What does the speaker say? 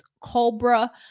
Cobra